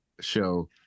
show